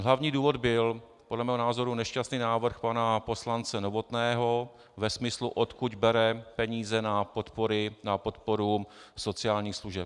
Hlavní důvod byl podle mého názoru nešťastný návrh pana poslance Novotného ve smyslu, odkud bere peníze na podporu sociálních služeb.